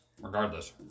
Regardless